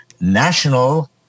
national